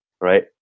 right